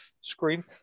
screen